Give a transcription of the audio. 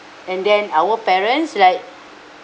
and then our parents like